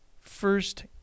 First